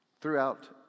throughout